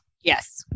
Yes